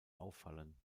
auffallen